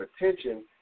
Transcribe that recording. attention